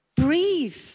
breathe